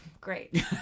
great